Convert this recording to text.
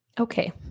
Okay